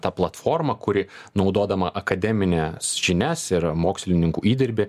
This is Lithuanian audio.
ta platforma kuri naudodama akademines žinias ir mokslininkų įdirbį